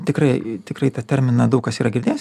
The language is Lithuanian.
tikrai tikrai tą terminą daug kas yra girdėjęs